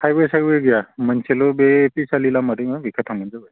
highway साइवे गैया मोनसेल' बे पिसालि लामा दङ बेथिं थांबानो जाबाय